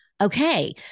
Okay